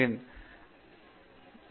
பேராசிரியர் பிரதாப் ஹரிதாஸ் சரி மிக நல்லது